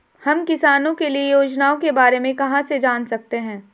हम किसानों के लिए योजनाओं के बारे में कहाँ से जान सकते हैं?